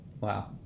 Wow